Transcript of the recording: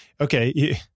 okay